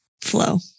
flow